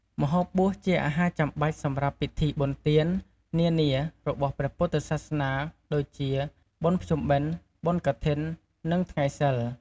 ម្ហូបបួសជាអាហារចាំបាច់សម្រាប់ពិធីបុណ្យទាន នានារបស់ព្រះពុទ្ធសាសនា ដូចជា បុណ្យភ្ជុំបិណ្ឌ បុណ្យកឋិន និងថ្ងៃសីល។